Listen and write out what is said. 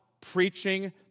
preaching